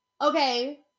Okay